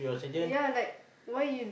ya like why you